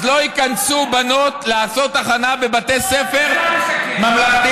אז לא ייכנסו בנות לעשות הכנה בבתי ספר ממלכתיים-דתיים.